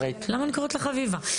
למה אני קוראת לך אביבה?